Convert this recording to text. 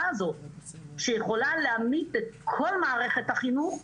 הזאת שיכולה להמית את כל מערכת החינוך,